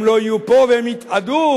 הם לא יהיו פה והם יתאדו,